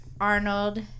Arnold